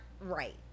right